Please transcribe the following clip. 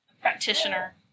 practitioner